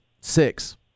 Six